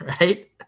right